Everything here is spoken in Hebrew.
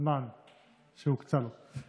בזמן שהוקצה לו.